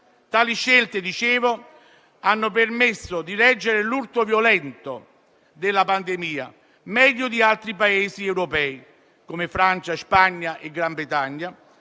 gli occhi di tutti), hanno permesso di reggere l'urto violento della pandemia meglio di altri Paesi europei come Francia, Spagna e Gran Bretagna,